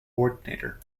coordinator